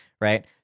right